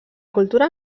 cultura